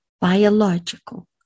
biological